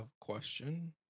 question